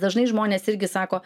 dažnai žmonės irgi sako